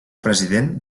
president